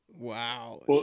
wow